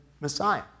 Messiah